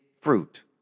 fruit